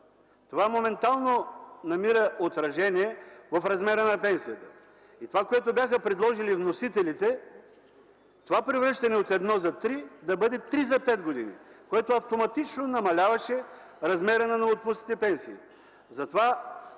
Това моментално намира отражение в размера на пенсията. И това, което бяха предложили вносителите – превръщане от 1 за 3, да бъде 3 за 5 години, което автоматично намаляваше размера на новоотпуснатите пенсии.